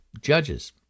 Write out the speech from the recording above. Judges